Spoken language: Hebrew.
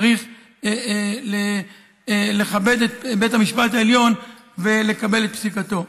צריך לכבד את בית המשפט העליון ולקבל את פסיקתו.